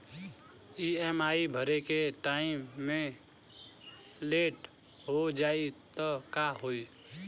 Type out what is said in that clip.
EMI भरे के time मे लेट हो जायी त का होई?